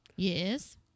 Yes